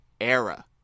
era